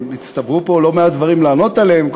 הצטברו פה לא מעט דברים לענות עליהם.